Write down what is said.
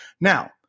now